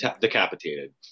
decapitated